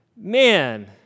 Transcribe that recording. Man